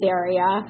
area